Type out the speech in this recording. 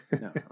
No